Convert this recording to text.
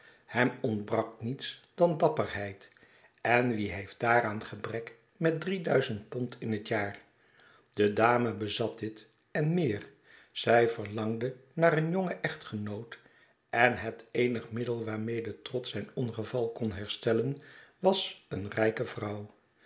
hem ontbrak niets dan dapperheid en wie heeft daaraan gebrek met drie duizend pond in het jaar de dame bezat dit en meer zij verlangde naar een jongen echtgenoot en het eenige middel waarmede trott zijn ongeval kon herstellen was eene rijke vrouw